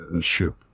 ship